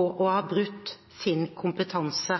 å ha brutt sin kompetanse.